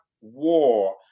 war